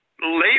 Labor